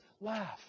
laugh